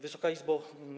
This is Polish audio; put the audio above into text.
Wysoka Izbo!